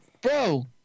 Bro